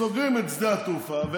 סוגרים את שדה התעופה,